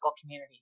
community